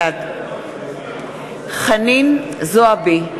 בעד חנין זועבי,